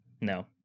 No